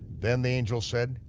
then the angel said,